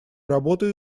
работу